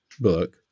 book